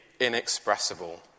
inexpressible